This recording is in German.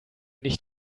nicht